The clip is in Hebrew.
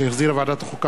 שהחזירה ועדת החוקה,